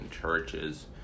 churches